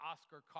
Oscar